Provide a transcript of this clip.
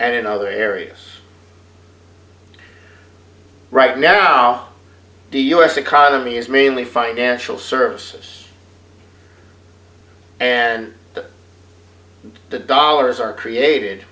and in other areas right now do u s economy is mainly financial services and the dollars are created